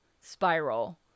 spiral